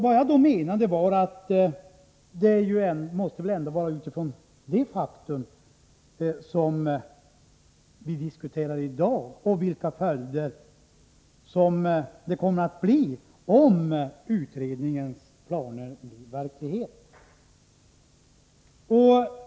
Vad jag då menade var att det väl ändå måste vara utifrån detta faktum som vi i dag diskuterar vilka följder det kommer att få om utredningens planer blir verklighet.